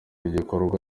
igikorwa